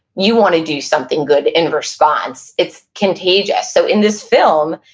you want to do something good in response. it's contagious so in this film,